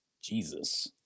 Jesus